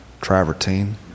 travertine